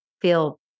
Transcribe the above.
feel